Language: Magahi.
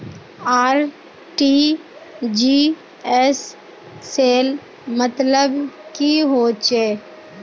आर.टी.जी.एस सेल मतलब की होचए?